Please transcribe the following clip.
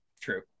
True